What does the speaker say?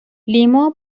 لیما